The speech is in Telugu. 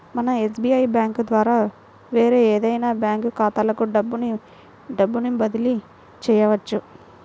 మనం ఎస్బీఐ బ్యేంకు ద్వారా వేరే ఏదైనా బ్యాంక్ ఖాతాలకు డబ్బును డబ్బును బదిలీ చెయ్యొచ్చు